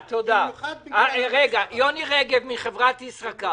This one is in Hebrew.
האם מובטח לו שהוא יקבל כרטיס אשראי בחברות אחרות?